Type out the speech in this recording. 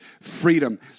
freedom